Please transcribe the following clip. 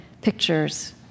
pictures